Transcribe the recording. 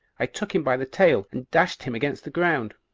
i took him by the tail, and dashed him against the ground.